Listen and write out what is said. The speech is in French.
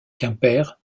quimper